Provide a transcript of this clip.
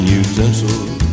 utensils